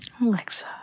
Alexa